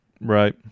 Right